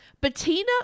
Bettina